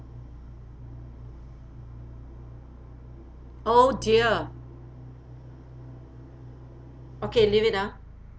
oh dear okay leave it ah